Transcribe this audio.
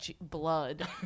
blood